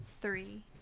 Three